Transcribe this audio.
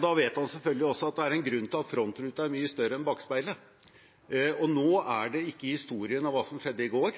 Da vet han selvfølgelig også at det er en grunn til at frontruten er mye større enn bakspeilet. Nå er det ikke historien om hva som skjedde i går